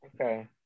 Okay